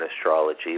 astrology